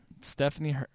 Stephanie